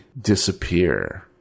disappear